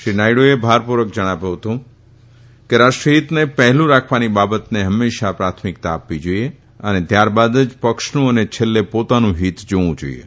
શ્રી નાયડુએ ભારપુર્વક જણાવ્યું હતું કે રાષ્ટ્રહિતને પહેલુ રાખવાની બાબતને હંમેશા પ્રાથમિકતા આપવી જોઇએ અને ત્યારબાદ જ પક્ષનું અને છેલ્લે પોતાનું હિત જોવુ જોઇએ